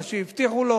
את מה שהבטיחו לו,